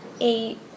eight